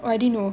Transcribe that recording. oh I didn't know